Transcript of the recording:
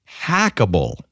hackable